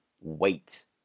wait